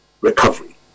Recovery